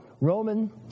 Roman